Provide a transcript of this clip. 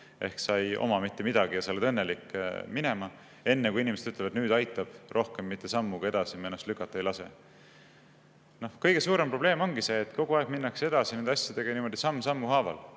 'sa ei oma mitte midagi ja sa oled õnnelik', minema, enne kui inimesed ütlevad: "Nüüd aitab! Rohkem mitte sammugi edasi me ennast lükata ei lase." Kõige suurem probleem ongi see, et kogu aeg minnakse edasi nende asjadega niimoodi samm sammu haaval.